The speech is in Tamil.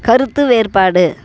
கருத்து வேறுபாடு